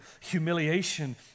humiliation